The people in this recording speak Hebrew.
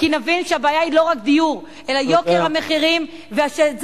כי נבין שהבעיה היא לא רק דיור אלא יוקר המחירים וזה